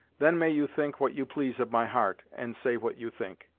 then may you think what you please of my heart, and say what you think.